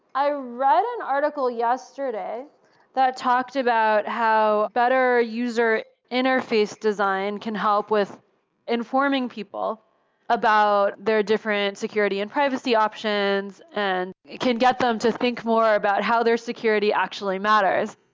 i read an article yesterday that talked about how better user interface design can help with informing people about their different security and privacy options and can get them to think more about how their security actually matters,